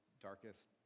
darkest